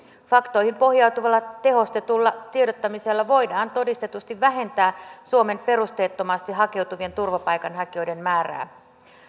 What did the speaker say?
faktoihin pohjautuvalla tehostetulla tiedottamisella voidaan todistetusti vähentää suomeen perusteettomasti hakeutuvien turvapaikanhakijoiden määrää